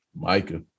Micah